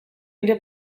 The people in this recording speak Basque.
nire